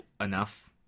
enough